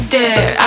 dare